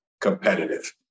competitive